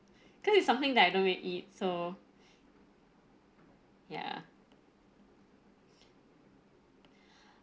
cause it's something that I don't really eat so ya